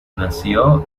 nació